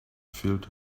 filled